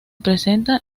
presenta